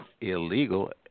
illegal